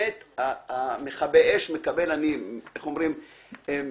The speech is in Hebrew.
כיבוי אש, אתם